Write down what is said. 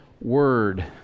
word